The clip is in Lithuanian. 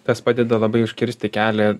tas padeda labai užkirsti kelią